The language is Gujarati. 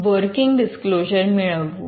વર્કિંગ ડિસ્ક્લોઝર મેળવવું